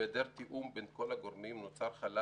בהיעדר תיאום בין כל הגורמים נוצר חלל